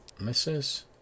Misses